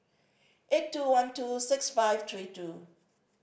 eight two one two six five three two